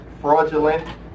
fraudulent